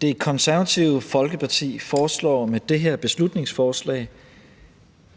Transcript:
Det Konservative Folkeparti foreslår med det her beslutningsforslag